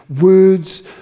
words